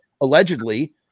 allegedly